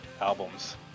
albums